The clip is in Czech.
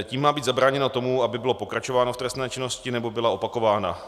Tím má být zabráněno tomu, aby bylo pokračováno v trestné činnosti nebo byla opakována.